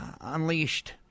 unleashed